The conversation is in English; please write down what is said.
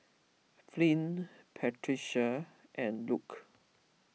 Flint Patricia and Luke